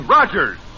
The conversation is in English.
Rogers